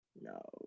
No